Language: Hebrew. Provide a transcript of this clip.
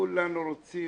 כולנו רוצים